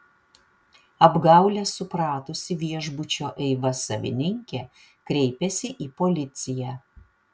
apgaulę supratusi viešbučio eiva savininkė kreipėsi į policiją